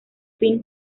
fin